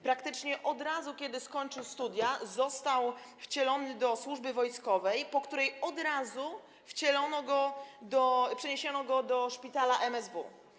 Praktycznie od razu, kiedy skończył studia, został wcielony do służby wojskowej, po której od razu przeniesiono go do szpitala MSW.